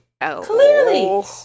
Clearly